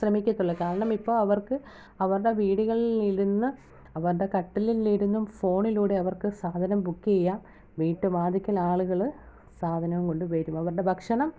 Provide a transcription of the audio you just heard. ശ്രമിക്കത്തുള്ളു കാരണം ഇപ്പോൾ അവർക്ക് അവരുടെ വീടുകളിൽ ഇരുന്ന് അവരുടെ കട്ടിലിലിരുന്നും ഫോണിലൂടെ അവർക്ക് സാധനം ബുക്ക് ചെയ്യാം വീട്ട് വാതിക്കലാളുകള് സാധനം കൊണ്ടുവരും അവരുടെ ഭക്ഷണം